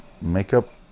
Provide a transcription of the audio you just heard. makeup